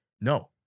No